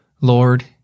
Lord